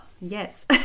yes